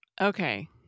Okay